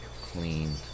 Clean